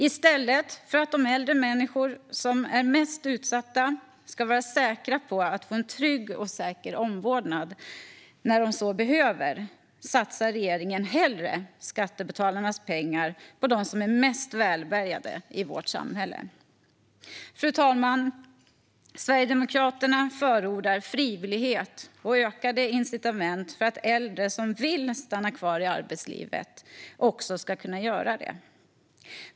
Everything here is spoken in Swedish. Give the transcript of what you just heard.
I stället för att de äldre människor som är mest utsatta ska vara säkra på att få en trygg och säker omvårdnad när de så behöver satsar regeringen hellre skattebetalarnas pengar på dem som är mest välbärgade i vårt samhälle. Fru talman! Sverigedemokraterna förordar frivillighet och ökade incitament för att äldre som vill stanna kvar i arbetslivet ska kunna göra det.